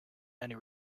many